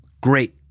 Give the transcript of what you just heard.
great